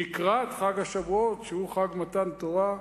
לקראת חג השבועות, שהוא חג מתן תורה,